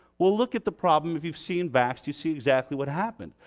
well, look at the problem if you've seen vaxxed you see exactly what happened.